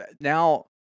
now